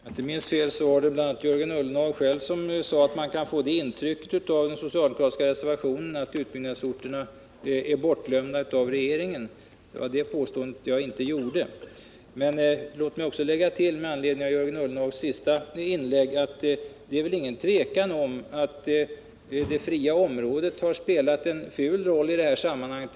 Herr talman! Om jag inte minns fel var det Jörgen Ullenhag själv som sade att man kan få det intrycket av den socialdemokratiska reservationen att utbyggnadsorterna har glömts bort av regeringen. Det var det påståendet jag vände mig emot. Men låt mig också tillägga med anledning av Jörgen Ullenhags senaste inlägg att det väl inte är något tvivel om att det fria området har spelat en ful rolli det här sammanhanget.